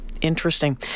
Interesting